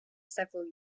several